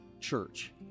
church